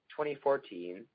2014